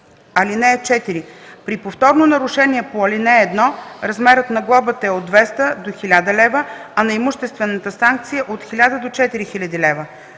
лв. (4) При повторно нарушение по ал. 1 размерът на глобата е от 200 до 1000 лв., а на имуществената санкция – от 1000 до 4000 лв.